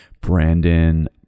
brandon